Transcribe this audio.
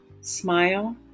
smile